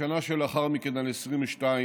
בשנה שלאחר מכן, על 22,